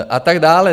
A tak dále.